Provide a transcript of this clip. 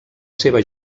seva